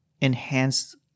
enhanced